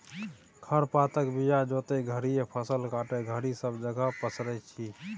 खर पातक बीया जोतय घरी या फसल काटय घरी सब जगह पसरै छी